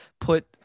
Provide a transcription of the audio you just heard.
put